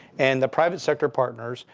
and the private sector partners,